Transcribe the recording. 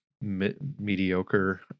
mediocre